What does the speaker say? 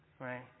right